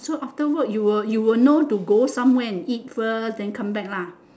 so after work you will you will know to go somewhere and eat first then come back lah